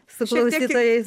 su klausytojais